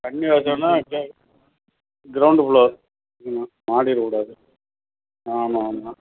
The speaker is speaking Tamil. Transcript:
தண்ணி வெச்சுருணும் க்ரௌண்டு ஃப்ளோர் ம் மாடி இருக்கக் கூடாது ஆமாம் ஆமாம்